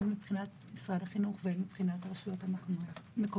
הן מבחינת משרד החינוך והן מבחינת הרשויות המקומיות.